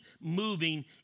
moving